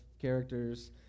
characters